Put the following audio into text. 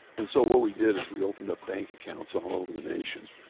and so what we did is we opened up bank accounts all over the nation.